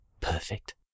perfect